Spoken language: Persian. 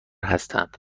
هستند